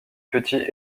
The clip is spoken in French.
petits